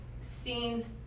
scenes